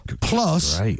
plus